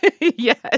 Yes